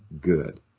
good